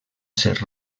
ser